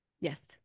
Yes